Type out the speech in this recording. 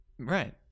right